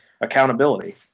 accountability